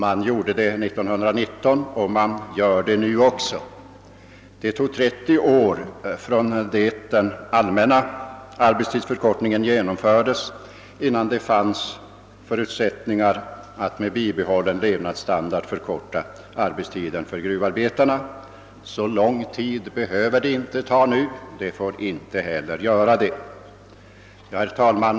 De gjorde det 1919, och de gör det också nu. Det tog 30 år från den allmänna arbetstidsförkortningens genomförande tills det fanns förutsättningar att med bibehållen levnadsstandard förkorta arbetstiden för gruvarbetarna. Så lång tid behöver det inte ta nu och det får inte heller göra det. Herr talman!